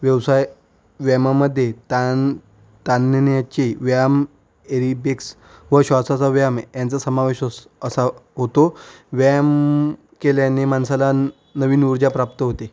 व्यवसाय व्यायमामध्ये ताण ताणण्याची व्यायाम एरिबिक्स व श्वासाचा व्यायाम यांचा समावेश अस असा होतो व्यायाम केल्याने माणसाला नवीन ऊर्जा प्राप्त होते